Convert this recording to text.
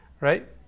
right